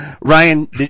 Ryan